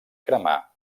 cremar